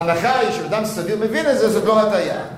ההנחה היא שאדם סביר מבין איזה, זו לא הטעיה